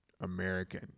American